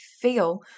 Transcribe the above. feel